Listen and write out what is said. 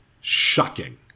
shocking